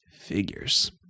figures